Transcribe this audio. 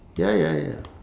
ya ya ya